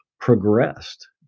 progressed